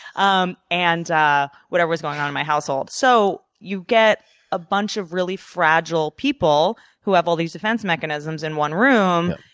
um and whatever was going on in my household. so you get a bunch of really fragile people who have all these defense mechanisms in one room,